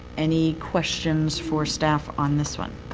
any questions for staff on this one?